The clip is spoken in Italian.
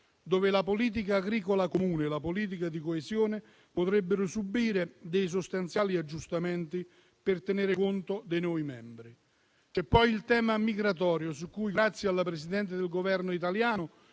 la politica agricola comune e la politica di coesione potrebbero subire dei sostanziali aggiustamenti per tenere conto dei nuovi membri. Vi è poi il tema migratorio, su cui, grazie alla Presidente del Consiglio italiano,